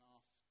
ask